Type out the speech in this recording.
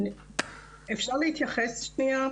אפשר להתייחס שניה?